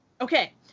Okay